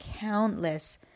countless